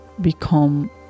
become